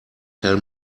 tell